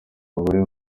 abagore